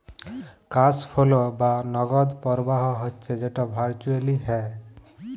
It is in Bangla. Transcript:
ক্যাশ ফোলো বা নগদ পরবাহ হচ্যে যেট ভারচুয়েলি হ্যয়